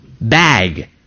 bag